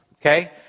okay